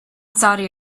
saudi